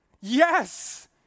Yes